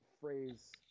phrase